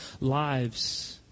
lives